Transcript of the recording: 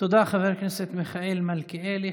תודה, חבר הכנסת מיכאל מלכיאלי.